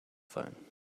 phone